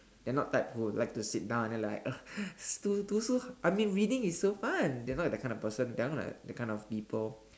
they're not types who like to sit down and they're like uh 图~图书:tu~ tu shu I mean reading is so fun they're not that kind of person they're not that kind of people